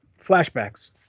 flashbacks